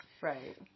Right